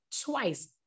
twice